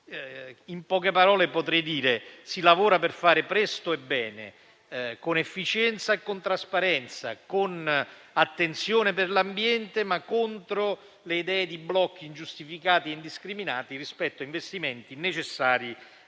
In poche parole potrei dire che si lavora per fare presto e bene, con efficienza e con trasparenza, con attenzione per l'ambiente, ma contro le idee di blocchi ingiustificati e indiscriminati rispetto a investimenti necessari